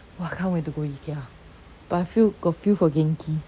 !wah! can't wait to go ikea but I feel got feel for genki